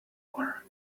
mower